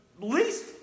least